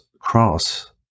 cross